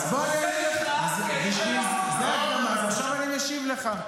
אז עכשיו אני בא לענות לך.